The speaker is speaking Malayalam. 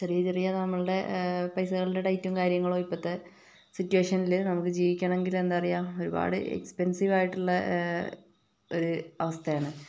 ചെറിയ ചെറിയ നമ്മളുടെ പൈസകളുടെ ടൈറ്റും കാര്യങ്ങളും ഇപ്പോഴത്തെ സിറ്റുവേഷനിൽ നമുക്ക് ജീവിക്കണമെങ്കില് എന്താ പറയുക ഒരുപാട് എക്സ്പെൻസീവ് ആയിട്ടുള്ള ഒരു അവസ്ഥയാണ്